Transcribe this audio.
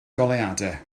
goleuadau